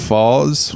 Falls